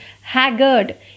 haggard